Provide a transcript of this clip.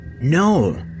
No